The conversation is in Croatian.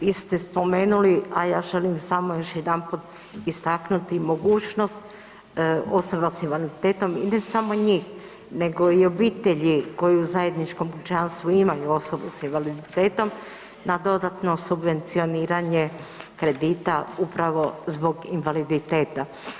Vi ste spomenuli, a želim još jedanput istaknuti mogućnost osoba s invaliditetom i ne samo njih nego i obitelji koji u zajedničkom kućanstvu imaju osobe s invaliditetom na dodatno subvencioniranje kredita upravo zbog invaliditeta.